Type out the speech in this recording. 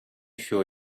show